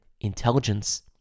intelligence